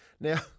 Now